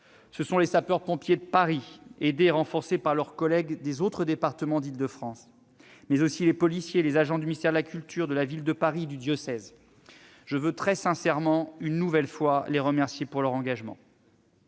: les sapeurs-pompiers de Paris, aidés et renforcés par leurs collègues des autres départements d'Île-de-France, mais aussi les policiers, les agents du ministère de la culture, de la Ville de Paris et du diocèse. Je veux très sincèrement, une nouvelle fois, les remercier pour leur engagement.